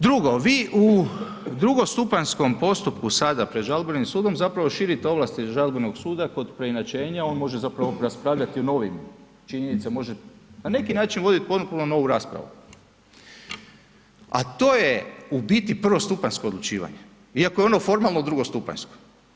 Drugo vi u drugostupanjskom postupku sad pred žalbenim sudom zapravo širite ovlasti žalbenog suda kod preinačenja on može zapravo raspravljati o novim činjenicama, može na neki način vodit potpuno novu raspravu, a to je u biti prvostupanjsko odlučivanje, iako je ono formalno drugostupanjsko.